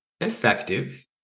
effective